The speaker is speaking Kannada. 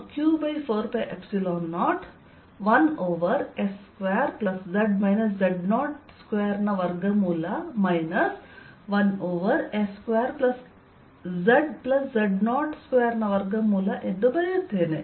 ಆದ್ದರಿಂದ ನಾನು ಇದನ್ನು q4π0 1 ಓವರ್ s2z z02ನ ವರ್ಗಮೂಲ ಮೈನಸ್ 1 ಓವರ್ s2zz02ನ ವರ್ಗಮೂಲ ಎಂದು ಬರೆಯುತ್ತೇನೆ